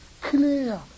clear